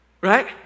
right